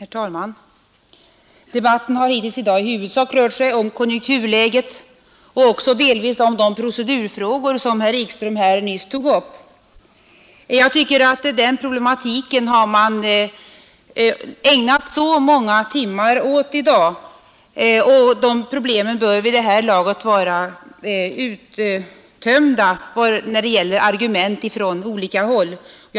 Herr talman! Debatten hittills i dag har i huvudsak rört sig om konjunkturläget och delvis om de procedurfrågor som herr Ekström här tog upp. Den problematiken har man ägnat så många timmar åt i dag, att argumenten från olika håll vid detta laget bör vara uttömda.